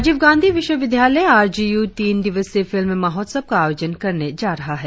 राजीव गांधी विश्वविद्यालय आरजीयू तीन दिवसीय फिल्म महोत्सव का आयोजन करने जा रहा है